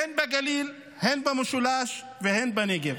הן בגליל, הן במשולש והן בנגב.